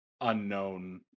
unknown